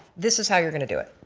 this is how you are going to do it.